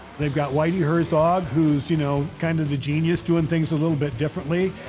they've got whitey herzog who's, you know, kind of the genius doing things a little bit differently.